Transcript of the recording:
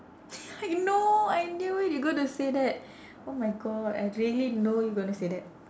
I know I knew it you gonna say that oh my god I really know you gonna say that